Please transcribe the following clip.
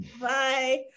Bye